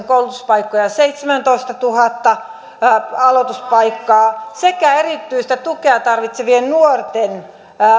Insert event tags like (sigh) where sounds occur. (unintelligible) koulutuspaikkoja seitsemäntoistatuhatta aloituspaikkaa ja erityistä tukea tarvitsevien nuorten